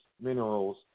minerals